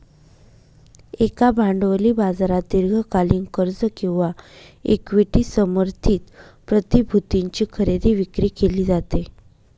एका भांडवली बाजारात दीर्घकालीन कर्ज किंवा इक्विटी समर्थित प्रतिभूतींची खरेदी विक्री केली जाते